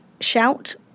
shout